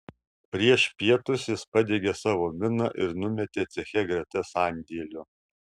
prieš pietus jis padegė savo miną ir numetė ceche greta sandėlio